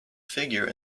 figure